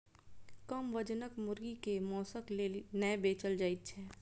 कम वजनक मुर्गी के मौंसक लेल नै बेचल जाइत छै